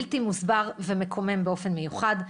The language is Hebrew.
בלתי מוסבר, ומקומם באופן מיוחד.